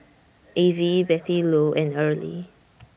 Avie Bettylou and Early